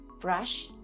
brush